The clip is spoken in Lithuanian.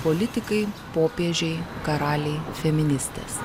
politikai popiežiai karaliai feministės